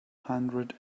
hundred